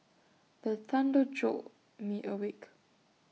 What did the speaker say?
the thunder jolt me awake